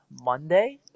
Monday